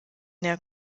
der